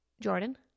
jordan